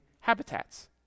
habitats